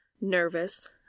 Nervous